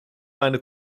meine